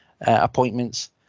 appointments